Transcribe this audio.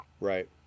Right